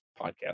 podcast